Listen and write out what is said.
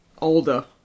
Older